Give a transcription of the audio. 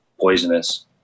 poisonous